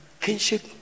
kinship